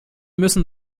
müssen